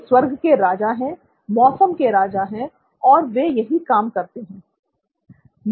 वे स्वर्ग के राजा हैं मौसम के राजा हैं और वे यही काम करते हैं